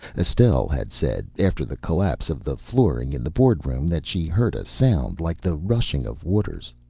estelle had said, after the collapse of the flooring in the board-room, that she heard a sound like the rushing of waters.